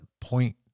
point